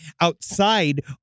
outside